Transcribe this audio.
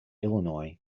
illinois